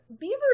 beavers